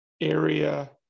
area